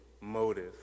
motive